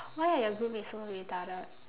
why are your groupmates so retarded